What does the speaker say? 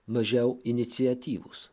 mažiau iniciatyvūs